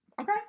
Okay